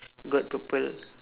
got purple